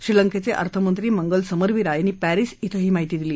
श्रीलंकेचे अर्थमंत्री मंगल समरवीरा यांनी परिसि इथं ही माहिती दिली